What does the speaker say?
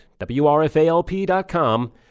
WRFALP.com